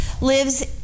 lives